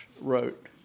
wrote